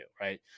right